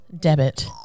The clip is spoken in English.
Debit